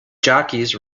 jockeys